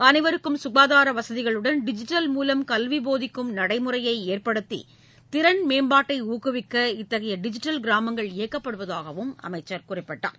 அனைவருக்கும் சுகாதார வசதிகளுடன் டிஜிட்டல் மூலம் கல்வி போதிக்கும் நடைமுறையை ஏற்படுத்தி திறன் மேம்பாட்டை ஊக்குவிக்க இத்தகைய டிஜிட்டல் கிராமங்கள் இயக்கப்படுவதாகவும் அமைச்சர் குறிப்பிட்டார்